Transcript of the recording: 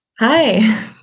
Hi